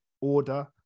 order